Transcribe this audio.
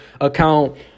account